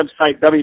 website